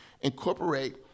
incorporate